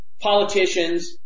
politicians